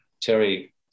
Terry